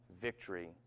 victory